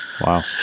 wow